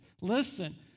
Listen